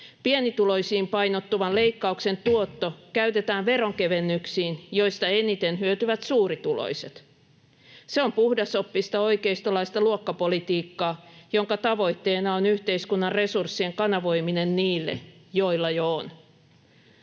Pienituloisiin painottuvan leikkauksen tuotto käytetään veronkevennyksiin, joista eniten hyötyvät suurituloiset. Se on puh-dasoppista oikeistolaista luokkapolitiikkaa, jonka tavoitteena on yhteiskunnan resurssien kanavoiminen niille, joilla jo on.